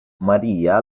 maria